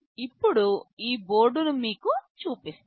ఇప్పుడు ఈ బోర్డును మీకు చూపిస్తాను